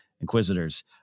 Inquisitors